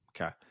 Okay